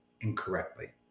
incorrectly